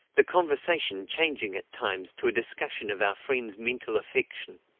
the conversation changing at times to a discussion of our friend's mental affection.